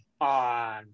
on